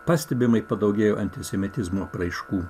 pastebimai padaugėjo antisemitizmo apraiškų